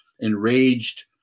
enraged